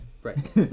Right